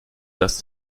dass